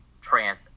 trans